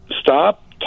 stop